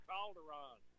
Calderon